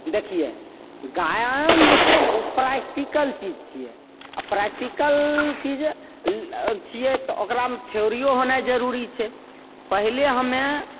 देखियौ गायन जे छै ने उ प्रैक्टिकल चीज छियै आ प्रैक्टिकल चीज छियै तऽ ओकरामे थ्योरियो होनाइ जरुरी छै पहिले हमे